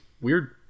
weird